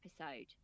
episode